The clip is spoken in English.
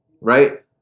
right